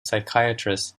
psychiatrist